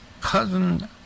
cousin